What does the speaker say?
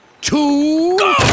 two